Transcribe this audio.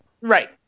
right